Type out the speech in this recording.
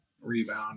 rebound